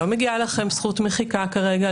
לא מגיעה לכם זכות מחיקה כרגע,